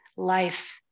Life